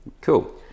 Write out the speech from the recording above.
Cool